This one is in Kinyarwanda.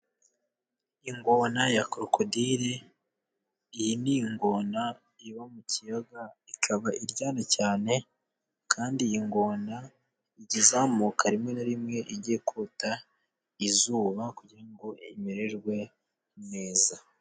Ingona ya korokodile, iyi ni ingona iba mu kiyaga. Ikaba iryanyana cyane. kandi iyi ingona ijya izamuka rimwe na rimwe ijya kota izuba kugira ngo imererwe neza.